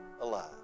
alive